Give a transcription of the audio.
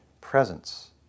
presence